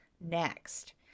next